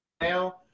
now